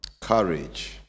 courage